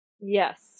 Yes